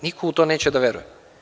Niko u to neće da veruje.